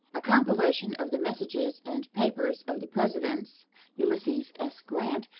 a compilation of the messages and papers of the presidents ulysses s. grant,